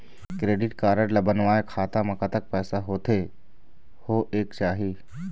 Credit card ला बनवाए खाता मा कतक पैसा होथे होएक चाही?